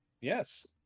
Yes